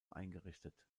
eingerichtet